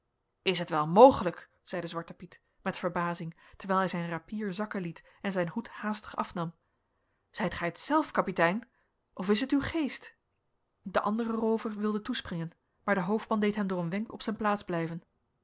is het wel mogelijk zeide zwarte piet met verbazing terwijl hij zijn rapier zakken liet en zijn hoed haastig afnam zijt gij het zelf kapitein of is het uw geest de andere roover wilde toespringen maar de hoofdman deed hem door een wenk op zijn plaats blijven